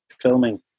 filming